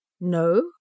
No